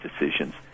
decisions